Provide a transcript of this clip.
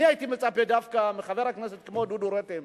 אני הייתי מצפה דווקא מחבר כנסת כמו דודו רותם,